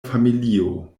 familio